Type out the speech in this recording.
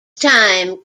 time